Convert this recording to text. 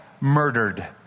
murdered